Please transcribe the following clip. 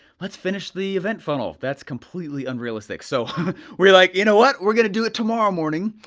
let's finish the event funnel. that's completely unrealistic. so we're like you know what, we're gonna do it tomorrow morning,